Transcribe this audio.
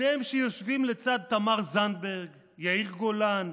אתם שיושבים לצד תמר זנדברג, יאיר גולן,